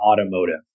automotive